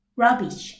rubbish